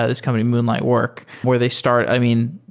ah this company moonlight work, where they start i mean,